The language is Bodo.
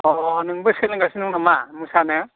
अ नोंबो सोलोंगासिनो दं नामा मोसानो